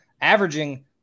averaging